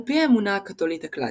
על פי האמונה הקתולית הקלאסית,